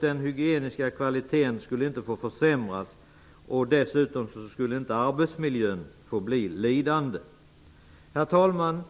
Den hygieniska kvaliteten fick inte försämras. Dessutom fick inte arbetsmiljön bli lidande. Herr talman!